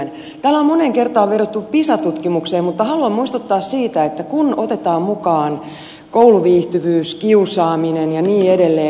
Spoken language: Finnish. täällä on moneen kertaan vedottu pisa tutkimukseen mutta haluan muistuttaa siitä että kun otetaan mukaan kouluviihtyvyys kiusaaminen ja niin edelleen